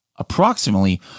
Approximately